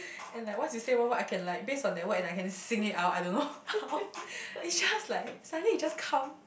and like once you say one word I can like base on that word and I can sing it out I don't know how it's just like suddenly it just come